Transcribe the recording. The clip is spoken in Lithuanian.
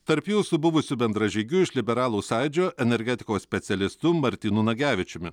tarp jų su buvusiu bendražygiu iš liberalų sąjūdžio energetikos specialistu martynu nagevičiumi